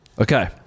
Okay